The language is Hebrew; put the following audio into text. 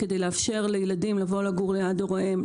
כדי לאפשר לילדים לגור ליד הוריהם,